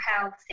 health